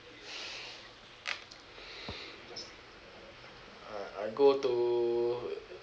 uh I go to